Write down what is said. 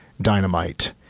Dynamite